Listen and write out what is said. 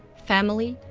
family,